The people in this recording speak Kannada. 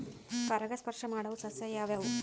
ಪರಾಗಸ್ಪರ್ಶ ಮಾಡಾವು ಸಸ್ಯ ಯಾವ್ಯಾವು?